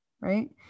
right